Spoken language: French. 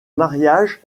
mariage